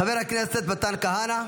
חבר הכנסת מתן כהנא.